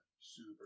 super